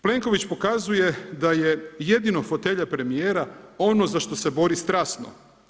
Plenković pokazuje da je jedino fotelja premijera ono za što se bori strasno.